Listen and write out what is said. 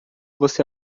você